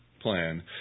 plan